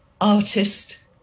Artist